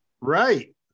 right